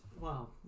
Wow